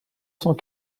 cent